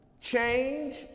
change